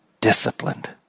disciplined